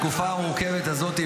אבל זה --- התקופה המורכבת הזאת,